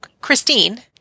Christine